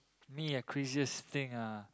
me ah craziest thing ah